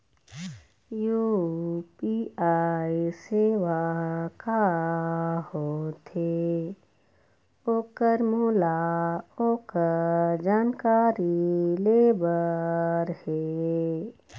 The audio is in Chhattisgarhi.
यू.पी.आई सेवा का होथे ओकर मोला ओकर जानकारी ले बर हे?